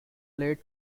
played